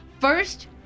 First